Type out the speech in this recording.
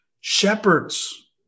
shepherds